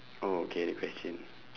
oh okay the question